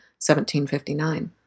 1759